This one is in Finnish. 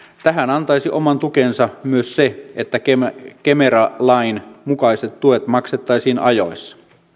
tähän antaisi oman tukensa myös se että kemera lain mukaiset tuet maksettaisiin ajoissa